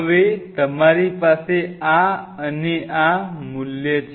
હવે તમારી પાસે આ અને આ મૂલ્ય છે